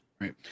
Right